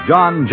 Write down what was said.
John